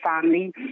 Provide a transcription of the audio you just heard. family